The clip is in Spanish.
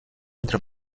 entre